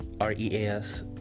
R-E-A-S